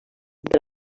per